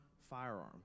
firearm